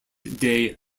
day